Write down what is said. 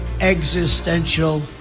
existential